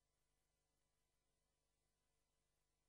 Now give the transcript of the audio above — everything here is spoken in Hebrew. במקום